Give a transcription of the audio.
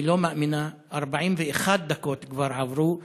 אני לא מאמינה, 41 דקות כבר עברו.